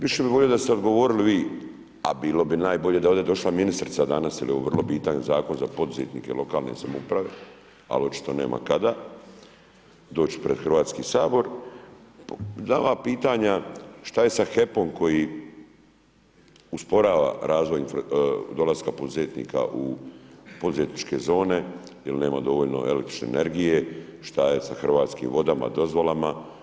Više bi volio da ste odgovorili vi, a bilo bi najbolje da je ovdje došla ministrica danas jer je ovo vrlo bitan zakon za poduzetnike lokalne samouprave, ali očito nema kada doć pred Hrvatski sabor, da ova pitanja šta je sa HEP-om koji usporava razvoj dolaska poduzetnika u poduzetničke zone jel nema dovoljno električne energije, šta je sa Hrvatskim vodama, dozvolama.